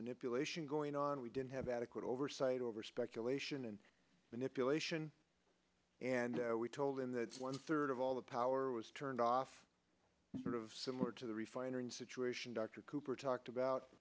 manipulation going on we didn't have adequate oversight over speculation and manipulation and we told them that one third of all the power was turned off sort of similar to the refinery situation dr cooper talked about